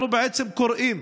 אנחנו קוראים